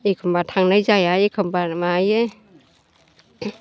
एखनबा थांनाय जाया एखनबा मायो